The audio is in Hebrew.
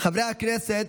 חברי הכנסת,